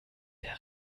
der